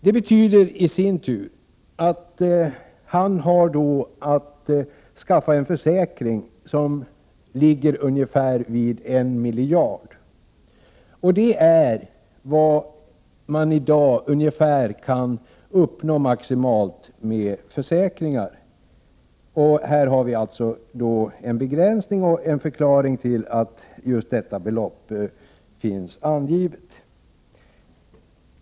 Det betyder i sin tur att innehavaren har då att teckna en försäkring till ett värde av 1 miljard kronor. Det är vad man i dag kan uppnå maximalt med försäkringar. Där har vi en begränsning och en förklaring till att just detta belopp finns angivet.